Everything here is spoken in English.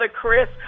Chris